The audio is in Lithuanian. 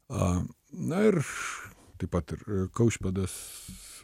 a na ir aš taip pat ir kaušpėdas